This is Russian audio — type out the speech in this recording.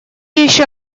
еще